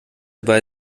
bei